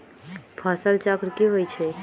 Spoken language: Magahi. फसल चक्र की होइ छई?